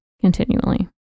continually